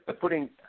putting